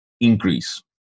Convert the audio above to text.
increase